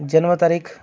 जन्मतारीख